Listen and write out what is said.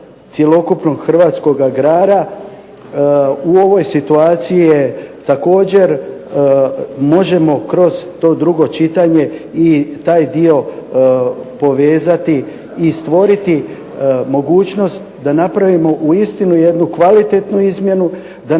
cjelokupnog hrvatskog agrara u ovoj situaciji također možemo kroz to drugo čitanje i taj dio povezati i stvoriti mogućnost da napravimo uistinu jednu kvalitetnu izmjenu, da